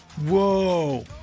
Whoa